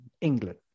England